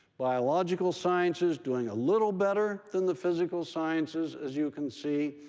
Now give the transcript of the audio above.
biological sciences doing a little better than the physical sciences, as you can see,